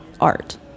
art